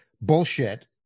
bullshit